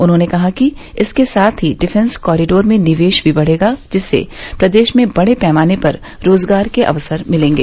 उन्होंने कहा कि इसके साथ ही डिफेन्स कॉरीडोर में निवेश भी बढ़ेगा जिससे प्रदेश में बड़े पैमाने पर रोजगार के अवसर मिलेंगे